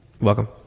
Welcome